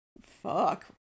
fuck